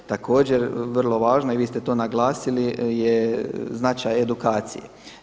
Također vrlo važno i vi ste to naglasili je značaj edukacije.